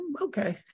okay